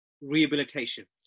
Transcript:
rehabilitation